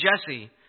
Jesse